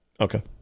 Okay